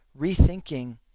rethinking